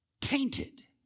Tainted